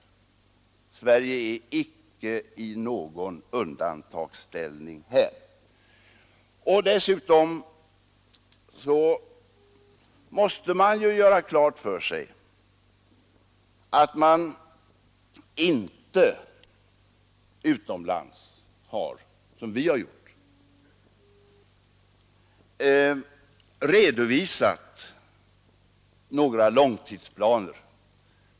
Sverige befinner sig icke i någon undantagsställning här. Dessutom måste vi ha klart för oss att man utomlands inte, som vi har gjort, redovisat några långtidsplaner.